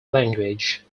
language